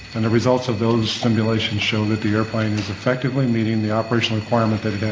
and the results of those simulations show that the airplane is effectively meeting the operational requirement that yeah